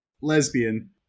lesbian